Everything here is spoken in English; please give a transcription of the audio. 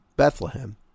Bethlehem